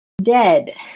dead